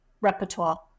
repertoire